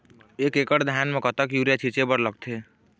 एक एकड़ धान म कतका यूरिया छींचे बर लगथे?